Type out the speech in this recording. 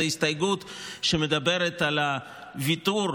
זאת הסתייגות שמדברת על הוויתור,